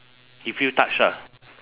he feel touched lah